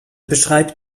beschreibt